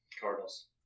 Cardinals